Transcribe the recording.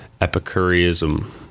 Epicureanism